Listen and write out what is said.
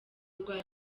rwa